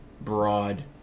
broad